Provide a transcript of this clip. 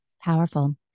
Powerful